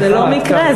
זה לא מקרה.